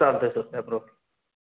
चालतंय सर काय प्राब्लेम